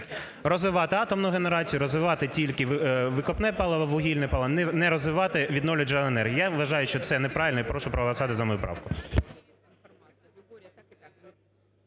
розвивати атомну генерацію, розвивати тільки викопне паливо, вугільне паливо, не розвивати відновлювальні джерела енергії. Я вважаю, що це неправильно і прошу проголосувати за мою правку.